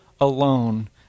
alone